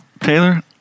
Taylor